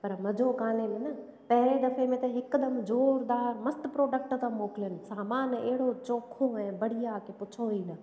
पर मज़ो कोन्हे मना पहिरें दफ़े में त हिकदमि ज़ोरदारु मस्तु प्रोडक्ट था मोकिलिन सामान अहिड़ो चोखो ऐं बढ़िया की पुछो ई न